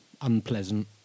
unpleasant